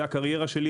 זה הקריירה שלי,